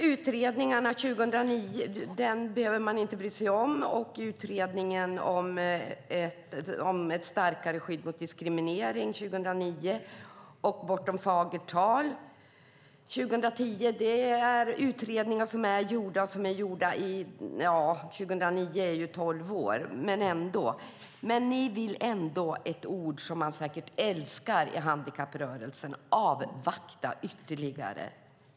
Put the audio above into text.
Fru talman! Utredningen om ett starkare skydd mot diskriminering från 2009 behöver man inte bry sig om och inte heller Bortom fagert tal från 2010. Det är utredningar som är gjorda, men ni vill ändå - det är uttryck man säkert älskar i handikapprörelsen - avvakta ytterligare.